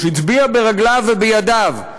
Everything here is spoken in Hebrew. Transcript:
הצביע ברגליו ובידיו,